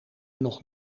nog